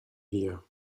here